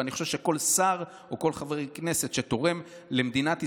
ואני חושב שכל שר או כל חבר כנסת שתורם למדינת ישראל,